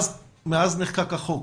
מאז נחקק החוק,